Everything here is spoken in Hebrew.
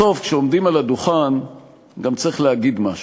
בסוף כשעומדים על הדוכן גם צריך להגיד משהו.